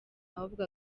ahubwo